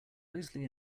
mostly